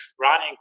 running